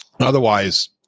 otherwise